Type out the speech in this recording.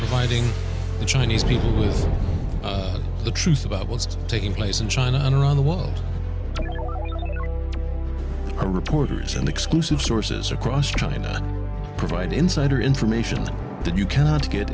hiding the chinese people is the truth about what's taking place in china and around the world are reporters and exclusive sources across china provide insider information that you cannot get